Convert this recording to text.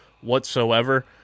whatsoever